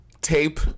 tape